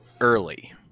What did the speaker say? early